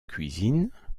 cuisine